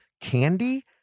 candy